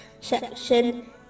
section